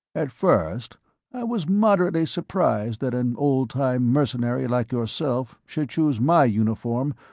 at first i was moderately surprised that an old time mercenary like yourself should choose my uniform,